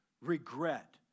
regret